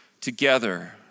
together